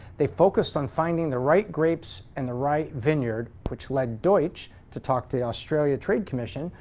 they focused on finding the right grapes and the right vineyard, which led deutsch to talk to the australia trade commission,